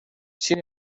sin